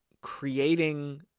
creating